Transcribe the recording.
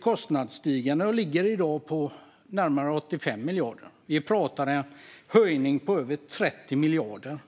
Kostnaderna har stigit och ligger i dag på närmare 85 miljarder. Vi talar om en höjning på över 30 miljarder.